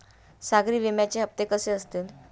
सागरी विम्याचे हप्ते कसे असतील?